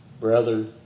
Brother